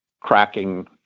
cracking